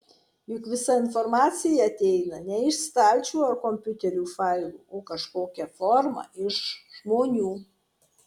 juk visa informacija ateina ne iš stalčių ar kompiuterinių failų o kažkokia forma iš žmonių